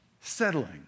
Settling